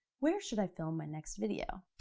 where should i film my next video?